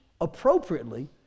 appropriately